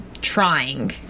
trying